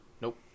nope